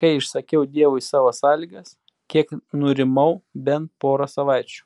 kai išsakiau dievui savo sąlygas kiek nurimau bent porą savaičių